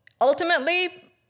ultimately